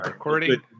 recording